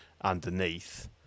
underneath